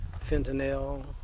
fentanyl